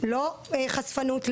לא חשפנות,